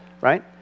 right